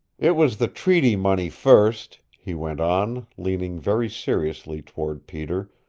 it was the treaty money first, he went on, leaning very seriously toward peter,